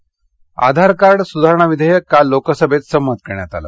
विधेयक आधार कार्ड सुधारणा विधेयक काल लोकसभेत संमत करण्यात आलं